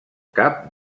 cap